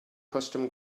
custom